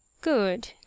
good